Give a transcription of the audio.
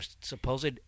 supposed